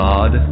God